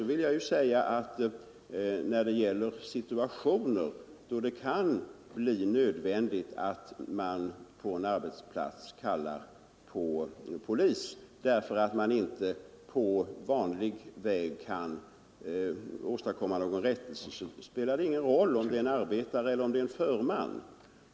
I situationer då det kan bli nödvändigt att man på en arbetsplats kallar på polis därför att man inte på vanligt sätt kan åstadkomma någon rättelse spelar det ingen roll om det gäller en arbetare eller en förman.